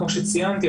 כמו שציינתי,